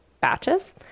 batches